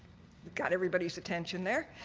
got everybody's attention they're